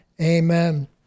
amen